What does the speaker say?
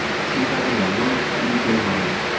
she had an alert, eager mind,